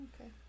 okay